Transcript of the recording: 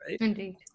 Indeed